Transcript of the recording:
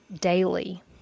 daily